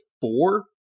four